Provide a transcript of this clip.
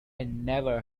never